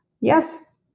yes